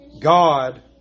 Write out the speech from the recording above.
God